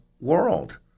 world